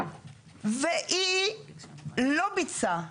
והיא לא ביצעה.